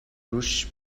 رووش